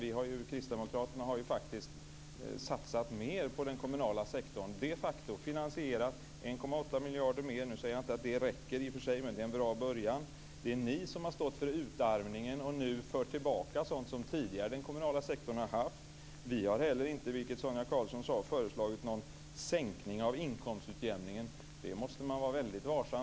Men vi kristdemokrater har faktiskt satsat mer på den kommunala sektorn och vi har de facto finansierat 1,8 miljarder kronor mer. I och för sig räcker det inte men det är en bra början. Det är ni som har stått för utarmningen och som nu för tillbaka sådant som den kommunala sektorn tidigare har haft. Vi har heller inte, vilket Sonia Karlsson sade, föreslagit en sänkning av inkomstutjämningen. Där måste man vara väldigt varsam.